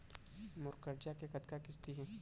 मोर करजा के कतका किस्ती हे?